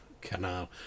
canal